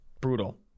brutal